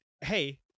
Hey